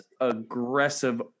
aggressive